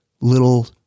little